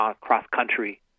cross-country